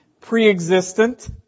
pre-existent